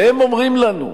והם אומרים לנו.